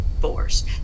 force